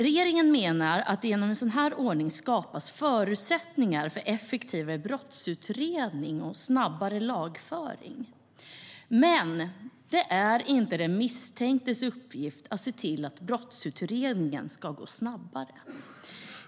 Regeringen menar att det genom en sådan ordning skapas förutsättningar för effektivare brottsutredning och snabbare lagföring. Men det är inte den misstänktes uppgift att se till att brottsutredningen ska gå snabbare.